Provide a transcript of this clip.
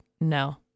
no